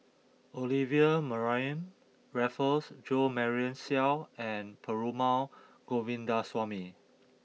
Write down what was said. Olivia Mariamne Raffles Jo Marion Seow and Perumal Govindaswamy